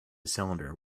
cylinder